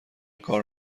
کار